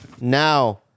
Now